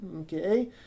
okay